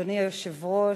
אדוני היושב-ראש,